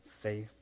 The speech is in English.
faith